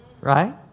right